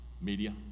media